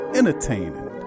entertaining